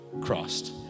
crossed